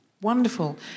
Wonderful